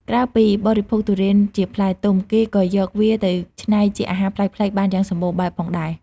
ក្រៅពីបរិភោគទុរេនជាផ្លែទុំ គេក៏យកវាទៅច្នៃជាអាហារប្លែកៗបានយ៉ាងសម្បូរបែបផងដែរ។